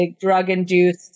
drug-induced